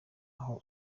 aho